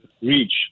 reach